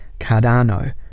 Cardano